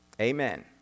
Amen